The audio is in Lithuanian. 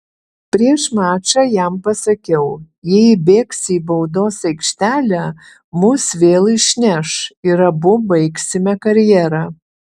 prieš mačą jam pasakiau jei įbėgsi į baudos aikštelę mus vėl išneš ir abu baigsime karjerą